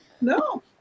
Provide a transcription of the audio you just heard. No